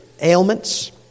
ailments